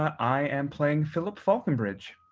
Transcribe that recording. i am playing philip falconbridge.